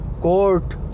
court